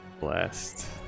Blast